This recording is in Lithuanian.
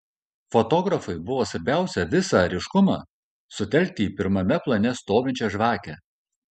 fotografui buvo svarbiausia visą ryškumą sutelkti į pirmame plane stovinčią žvakę